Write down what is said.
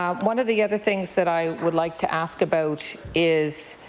um one of the other things that i would like to ask about is